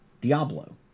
Diablo